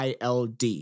ILD